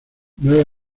nueve